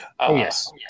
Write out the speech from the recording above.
yes